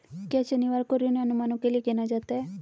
क्या शनिवार को ऋण अनुमानों के लिए गिना जाता है?